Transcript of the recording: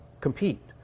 compete